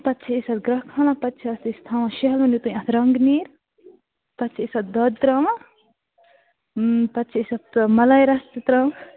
پَتہٕ چھِ أسۍ اَتھ گرٛٮ۪کھ اَنان پَتہٕ چھِ اَتھ أسۍ تھاوان شیٚہَلوٕنۍ یُتُے اَتھ رنٛگ نیرِ پَتہٕ چھِ أسۍ اَتھ دۄد ترٛاوان پَتہٕ چھِ أسۍ اَتھ مَلٲے رَژھ تہِ ترٛاوان